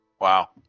Wow